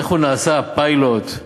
איך נעשה הפיילוט,